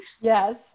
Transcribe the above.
Yes